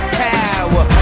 power